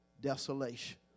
desolation